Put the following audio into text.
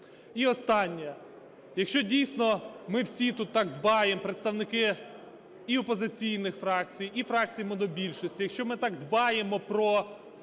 І останнє. Якщо, дійсно, ми всі тут так дбаємо – представники і опозиційних фракцій, і фракцій монобільшості – якщо ми так дбаємо про